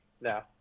no